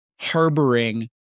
harboring